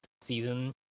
season